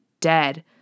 dead